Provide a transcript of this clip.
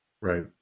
Right